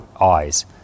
eyes